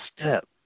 step